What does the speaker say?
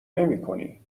نمیکنی